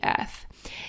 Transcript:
earth